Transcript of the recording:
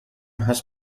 هست